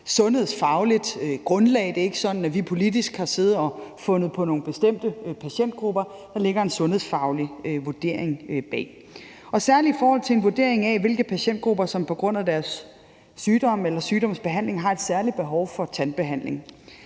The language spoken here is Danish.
sundhedsfagligt grundlag. Det er ikke sådan, at vi politisk har siddet og fundet på nogle bestemte patientgrupper. Der ligger en sundhedsfaglig vurdering bag, særlig i forhold til en vurdering af, hvilke patientgrupper som på grund af deres sygdom eller sygdomsbehandling har et særligt behov for tandbehandling.